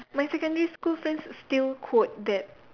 my secondary school friends still quote that